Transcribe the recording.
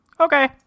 okay